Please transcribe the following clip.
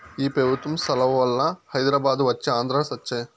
ఈ పెబుత్వం సలవవల్ల హైదరాబాదు వచ్చే ఆంధ్ర సచ్చె